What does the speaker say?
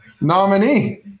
Nominee